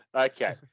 Okay